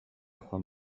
joan